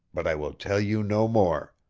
but i will tell you no more!